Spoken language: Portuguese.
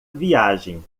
viagem